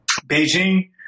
Beijing